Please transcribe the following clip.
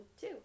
two